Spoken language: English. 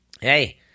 hey